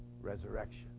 Resurrection